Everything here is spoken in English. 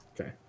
Okay